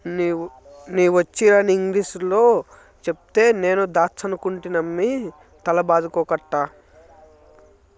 నీ వచ్చీరాని ఇంగిలీసులో చెప్తే నేను దాచ్చనుకుంటినమ్మి తల బాదుకోకట్టా